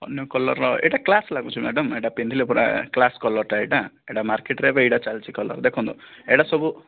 ଅନ୍ୟ କଲର୍ର ଏଇଟା କ୍ଳାସ୍ ଲାଗୁଛି ମ୍ୟାଡ଼ାମ ଏଇଟା ପିନ୍ଧିଲେ ପୁରା କ୍ଳାସ କଲର୍ଟା ଏଇଟା ଏଇଟା ମାର୍କେଟରେ ଏବେ ଏଇଟା ଚାଲିଛି କଲର୍ ଦେଖନ୍ତୁ ଏଇଟା ସବୁ